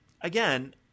again